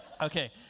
Okay